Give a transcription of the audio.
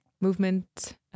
movement